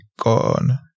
gone